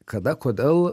kada kodėl